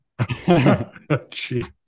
Jeez